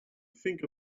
think